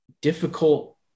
difficult